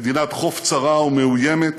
ממדינת חוף צרה ומאוימת